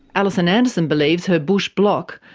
alison anderson believes her bush bloc,